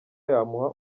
yamuha